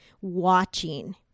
watching